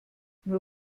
nur